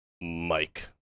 Mike